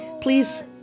Please